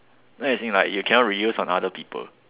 anything like you cannot reuse on other people